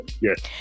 Yes